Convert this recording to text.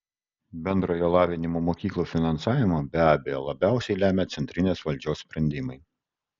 bendrojo lavinimo mokyklų finansavimą be abejo labiausiai lemia centrinės valdžios sprendimai